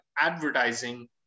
advertising